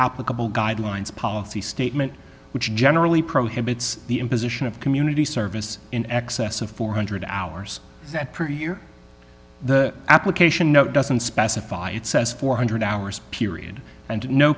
applicable guidelines policy statement which generally prohibits the imposition of community service in excess of four hundred hours per year the application note doesn't specify it says four hundred hours period and no